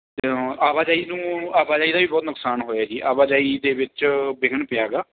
ਆਵਾਜਾਈ ਨੂੰ ਆਵਾਜਾਈ ਦਾ ਵੀ ਬਹੁਤ ਨੁਕਸਾਨ ਹੋਇਆ ਜੀ ਆਵਾਜਾਈ ਦੇ ਵਿੱਚ ਵਿਘਨ ਪਿਆ ਗਾ